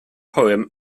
poem